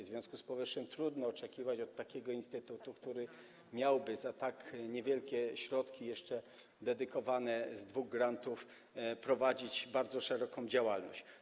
W związku z powyższym trudno oczekiwać od takiego instytutu, żeby miał za tak niewielkie środki, jeszcze dedykowane, pochodzące z dwóch grantów, prowadzić bardzo szeroką działalność.